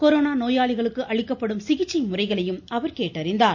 corona நோயாளிகளுக்கு அளிக்கப்படும் சிகிச்சை முறைகளையும் அவர் கேட்டறிந்தார்